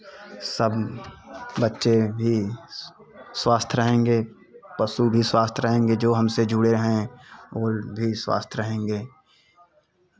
सब बच्चे भी स्वस्थ रहेंगे पशु भी स्वस्थ रहेंगे जो हमसे जुड़े हैं वो भी स्वस्थ रहेंगे